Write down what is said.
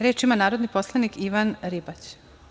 Reč ima narodni poslanik Ivan Ribać.